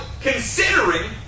considering